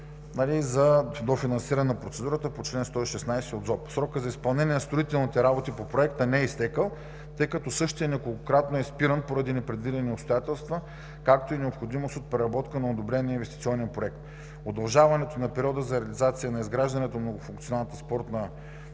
за дофинансиране на процедурата по чл. 116 от ЗОП. Срокът за изпълнение на строителните работи по проекта не е изтекъл, тъй като същият неколкократно е спиран поради непредвидени обстоятелства, както и необходимост от преработка на одобрения инвестиционен проект. Удължаването на периода за реализация на изграждането на Многофункционалната спортна